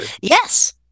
Yes